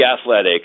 athletic